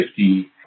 50